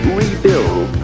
rebuild